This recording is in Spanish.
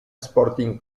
sporting